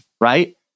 right